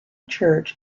church